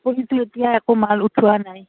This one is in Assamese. এতিয়া একো মাল উঠোৱা নাই